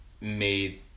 made